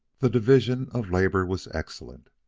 the division of labor was excellent.